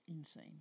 Insane